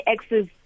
exes